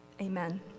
Amen